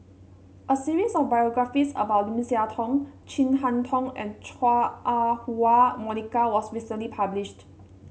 a series of biographies about Lim Siah Tong Chin Harn Tong and Chua Ah Huwa Monica was recently published